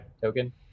token